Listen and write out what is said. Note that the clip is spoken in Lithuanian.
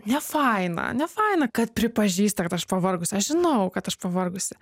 nefaina nefaina kad pripažįsta kad aš pavargus aš žinau kad aš pavargusi